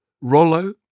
Rollo